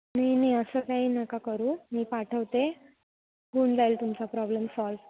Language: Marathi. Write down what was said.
नाही नाही असं काही नका करू मी पाठवते होऊन जाईल तुमचा प्रॉब्लेम सॉल्व